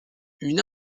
une